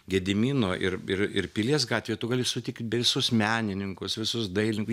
gedimino ir ir ir pilies gatvėje tu gali sutikt visus menininkus visus dailin